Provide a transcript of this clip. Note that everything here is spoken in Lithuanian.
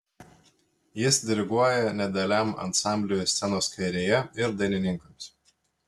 jis diriguoja nedideliam ansambliui scenos kairėje ir dainininkams